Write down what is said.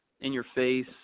in-your-face